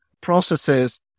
processes